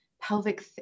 pelvic